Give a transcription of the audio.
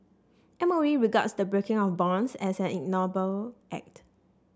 M O E regards the breaking of bonds as an ignoble act